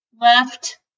left